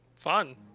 Fun